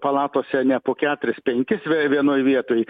palatose ne po keturis penkis vienoj vietoj